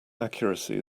accuracy